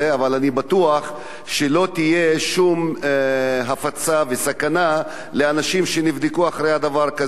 אבל אני בטוח שלא תהיה שום הפצה וסכנה לאנשים שנבדקו אחרי דבר כזה.